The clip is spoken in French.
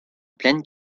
plaine